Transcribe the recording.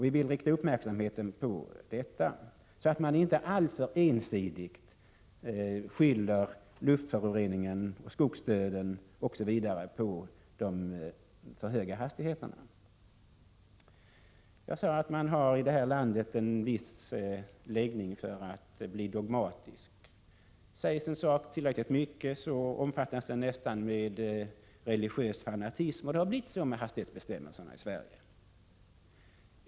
Vi vill rikta uppmärksamheten på detta, så att man inte alltför ensidigt skyller luftföroreningen, skogsdöden osv. på de för höga hastigheterna. Jag sade att man i det här landet har en viss tendens att bli dogmatisk. Sägs en sak tillräckligt ofta, omfattas den nästan med religiös fanatism, och det har blivit så när det gäller hastighetsbestämmelserna i Sverige.